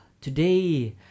today